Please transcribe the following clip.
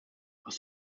aus